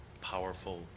powerful